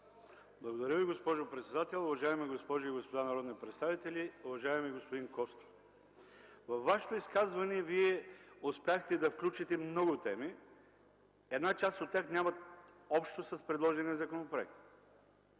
Уважаема госпожо председател, уважаеми госпожи и господа народни представители! Уважаеми господин Костов, във Вашето изказване Вие успяхте да включите много теми. Една част от тях нямат общо с предложения законопроект.